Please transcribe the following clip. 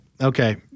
Okay